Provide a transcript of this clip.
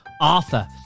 Arthur